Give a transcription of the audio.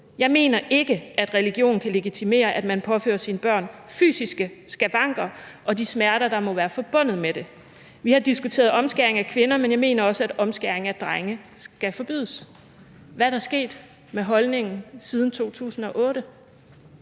Jeg mener ikke, at religion kan legitimere, at man påfører sine børn fysiske skavanker og de smerter, der må være forbundet med det. Vi har diskuteret omskæring af kvinder, men jeg mener også, at omskæring af drenge skal forbydes.« Hvad er der sket med holdningen siden 2008?